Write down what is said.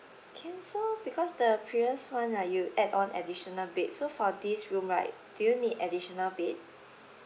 can so because the previous one ah you add on additional bed so for this room right do you need additional bed